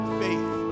faith